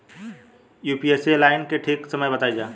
Pusa nine के ठीक समय बताई जाई?